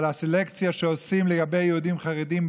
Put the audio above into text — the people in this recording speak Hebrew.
הסלקציה שעושים לגבי יהודים חרדים,